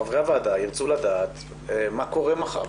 חברי הוועדה ירצו לדעת מה קורה מחר.